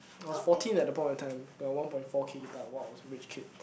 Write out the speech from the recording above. I was fourteen at the point of time ya one point four K guitar !wow! I was a rich kid